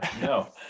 no